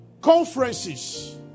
conferences